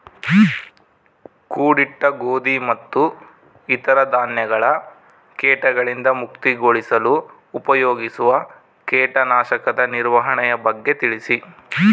ಕೂಡಿಟ್ಟ ಗೋಧಿ ಮತ್ತು ಇತರ ಧಾನ್ಯಗಳ ಕೇಟಗಳಿಂದ ಮುಕ್ತಿಗೊಳಿಸಲು ಉಪಯೋಗಿಸುವ ಕೇಟನಾಶಕದ ನಿರ್ವಹಣೆಯ ಬಗ್ಗೆ ತಿಳಿಸಿ?